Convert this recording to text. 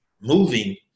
moving